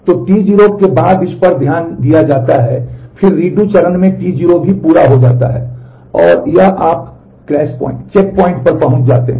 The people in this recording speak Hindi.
तो T0 के बाद इस पर ध्यान दिया जाता है फिर redo चरण में T0 भी पूरा हो जाता है और यह आप क्रैश पॉइंट पर पहुँच जाते हैं